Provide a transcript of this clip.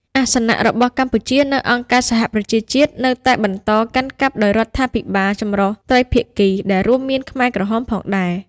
អាសនៈរបស់កម្ពុជានៅអង្គការសហប្រជាជាតិនៅតែបន្តកាន់កាប់ដោយរដ្ឋាភិបាលចម្រុះត្រីភាគី ដែលរួមមានខ្មែរក្រហមផងដែរ។